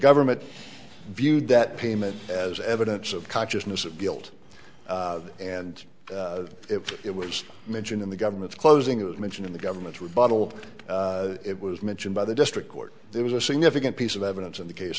government viewed that payment as evidence of consciousness of guilt and if it was mentioned in the government's closing it was mentioned in the government's rebuttal it was mentioned by the district court there was a significant piece of evidence in the case